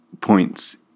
points